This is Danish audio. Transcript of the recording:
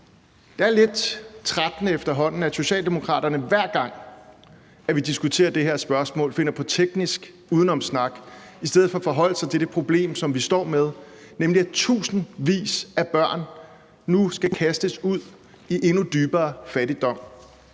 Det er lidt trættende efterhånden, at Socialdemokraterne, hver gang vi diskuterer det her spørgsmål, finder på teknisk udenomssnak i stedet for at forholde sig til det problem, som vi står med, nemlig at tusindvis af børn nu skal kastes ud i endnu dybere fattigdom.